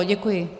Děkuji.